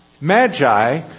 Magi